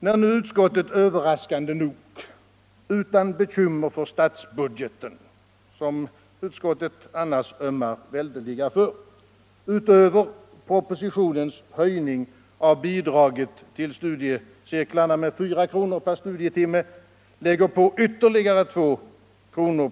När nu utskottet överraskande nog, utan bekymmer för statsbudgeten som det annars ömmar väldeliga för, utöver propositionens höjning av bidraget till studiecirklarna med 4 kr. per studietimme lägger på ytterligare 2 kr.